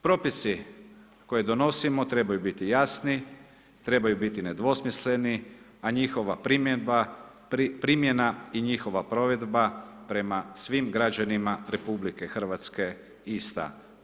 Propisi koje donosimo trebaju biti jasni, trebaju biti nedvosmisleni a njihova primjena i njihova provedba prema svim građanima RH ista.